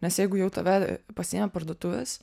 nes jeigu jau tave pasiėmė parduotuvės